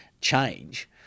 change